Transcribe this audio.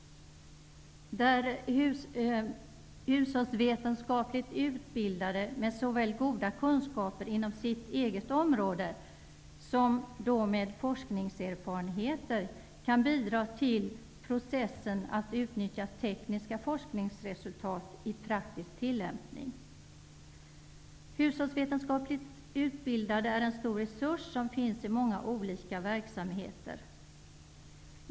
Där kan hushållsvetenskapligt utbildade personer med såväl goda kunskaper inom sitt eget område som forskningserfarenheter bidra till att utnyttja tekniska forskningsresultat i praktisk tillämpning. Hushållsvetenskapligt utbildade människor är en stor resurs som finns i många olika verksamheter.